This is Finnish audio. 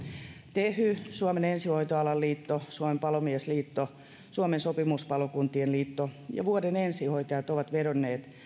tehy suomen ensihoitoalan liitto suomen palomiesliitto suomen sopimuspalokuntien liitto ja vuoden ensihoitajat ovat vedonneet